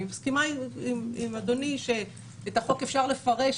אני מסכימה עם אדוני שאת החוק אפשר לפרש,